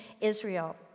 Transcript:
Israel